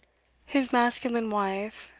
his masculine wife,